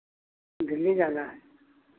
दिल्ली जाना है